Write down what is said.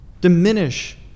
diminish